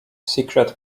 secret